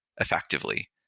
effectively